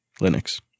Linux